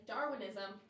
Darwinism